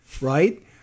Right